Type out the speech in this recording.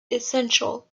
essential